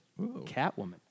Catwoman